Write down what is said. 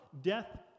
death